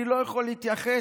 אני לא יכול להתייחס,